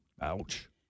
Ouch